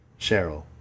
Cheryl